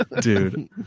Dude